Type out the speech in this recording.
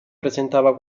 presentava